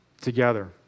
Together